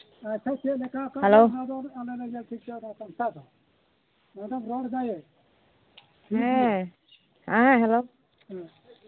hello ᱦᱮᱸ ᱦᱮᱸ hello